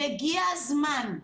והגיע הזמן.